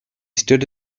stood